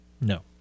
No